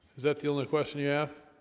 is that the only question you yeah